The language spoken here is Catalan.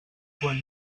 quan